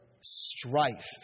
strife